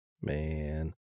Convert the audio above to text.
Man